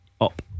up